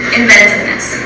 inventiveness